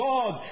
God